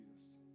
jesus